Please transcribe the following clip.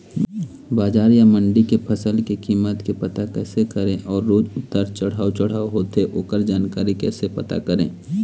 बजार या मंडी के फसल के कीमत के पता कैसे करें अऊ रोज उतर चढ़व चढ़व होथे ओकर जानकारी कैसे पता करें?